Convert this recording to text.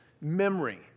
memory